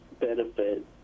benefit